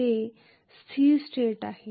ते स्थिर स्टेट आहेत